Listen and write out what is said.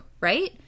right